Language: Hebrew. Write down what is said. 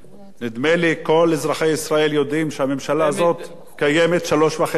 נדמה לי שכל אזרחי ישראל יודעים שהממשלה הזאת קיימת שלוש וחצי שנים,